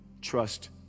Trust